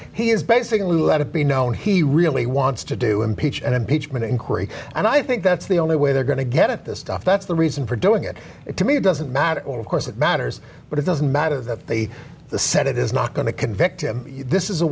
he is basically let it be known he really wants to do impeach an impeachment inquiry and i think that's the only way they're going to get at this stuff that's the reason for doing it to me it doesn't matter of course it matters but it doesn't matter that they said it is not going to convict him this is a